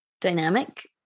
dynamic